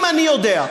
אם אני יודע,